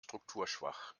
strukturschwach